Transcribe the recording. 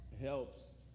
helps